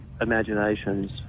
imaginations